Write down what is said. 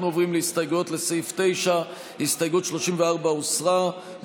אנחנו עוברים להסתייגויות לסעיף 9. הסתייגות 34 הוסרה.